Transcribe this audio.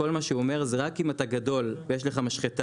כל מה שהוא אומר זה רק אם אתה גדול ויש לך משחטה,